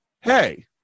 Hey